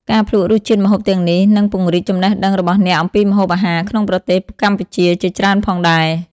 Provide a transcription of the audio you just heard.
ការភ្លក្សរសជាតិម្ហូបទាំងនេះនឹងពង្រីកចំណេះដឹងរបស់អ្នកអំពីម្ហូបអាហារក្នុងប្រទេសកម្ពុជាជាច្រើនផងដែរ ។